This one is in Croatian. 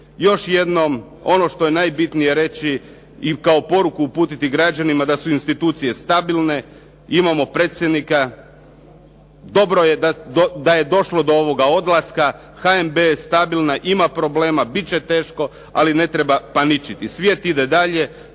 Još jednom, ono što je najbitnije reći i kao poruku uputiti građanima da su institucije stabilne, imamo predsjednika, dobro je da je došlo do ovoga odlaska. HNB je stabilan, ima problema, bit će teško, ali ne treba paničariti. Svijet ide dalje,